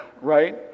right